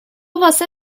واسه